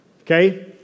okay